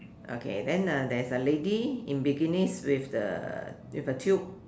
okay then uh there's a lady in bikinis with the with a tube